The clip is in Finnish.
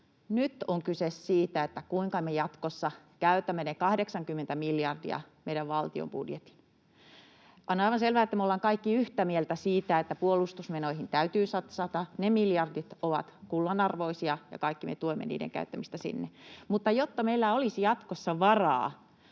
Nyt on kyse siitä, kuinka me jatkossa käytämme ne 80 miljardia, meidän valtion budjetin. On aivan selvää, että me ollaan kaikki yhtä mieltä siitä, että puolustusmenoihin täytyy satsata. Ne miljardit ovat kullanarvoisia, ja kaikki me tuemme niiden käyttämistä sinne, mutta jotta meillä olisi jatkossa varaa